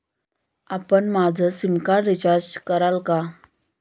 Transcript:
आपण माझं sim card recharge कराल का?